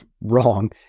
wrong